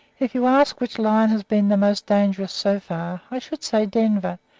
if you ask which lion has been the most dangerous so far, i should say denver,